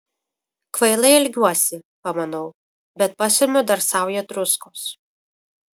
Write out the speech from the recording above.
kvailai elgiuosi pamanau bet pasemiu dar saują druskos